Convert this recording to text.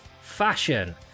fashion